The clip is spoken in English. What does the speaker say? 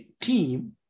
team